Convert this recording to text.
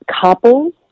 couples